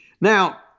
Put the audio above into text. Now